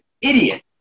idiot